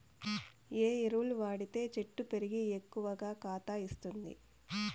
ఏ ఎరువులు వాడితే చెట్టు పెరిగి ఎక్కువగా కాత ఇస్తుంది?